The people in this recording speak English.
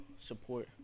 support